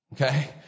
Okay